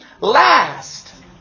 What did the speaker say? last